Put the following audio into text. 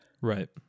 right